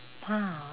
!huh!